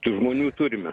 tų žmonių turime